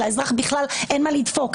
לאזרח בכלל אין מה לדפוק.